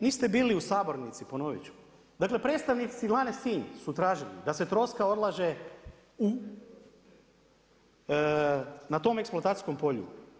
Niste bili u sabornici, ponoviti ću, dakle predstavnici silane Sinj su tražili da se troska odlaže u na tom eksploatacijskom polju.